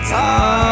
time